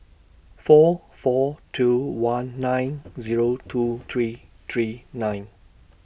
four four two one nine Zero two three three nine